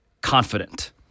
confident